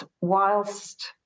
whilst